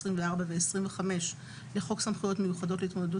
24 ו-25 לחוק סמכויות מיוחדות להתמודדות